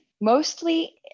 mostly